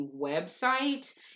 website